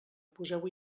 poseu